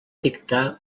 dictar